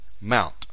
mount